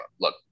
Look